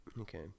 Okay